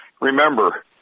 remember